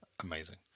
amazing